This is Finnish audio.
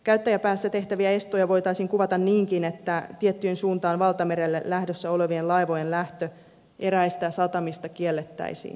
käyttäjäpäässä tehtäviä estoja voitaisiin kuvata niinkin että tiettyyn suuntaan valtamerelle lähdössä olevien laivojen lähtö eräistä satamista kiellettäisiin